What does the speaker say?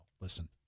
listen